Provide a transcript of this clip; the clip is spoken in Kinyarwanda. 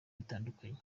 bitandukanye